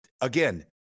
again